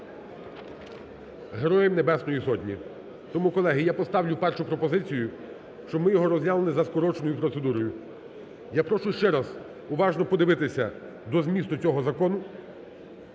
Героям Небесної Сотні. Тому, колеги, я поставлю першу пропозицію, щоб ми його розглянули за скороченою процедурою. Я прошу ще раз уважно подивитися до змісту цього закону